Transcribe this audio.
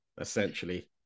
essentially